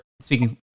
speaking